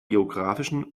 geografischen